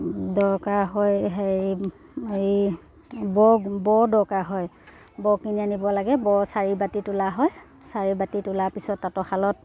দৰকাৰ হয় হেৰি এই ব' ব' দৰকাৰ হয় ব' কিনি আনিব লাগে ব' চাৰি বাতি তোলা হয় চাৰি বাতি তোলাৰ পিছত তাঁতৰশালত